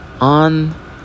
on